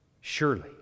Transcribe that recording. surely